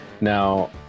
Now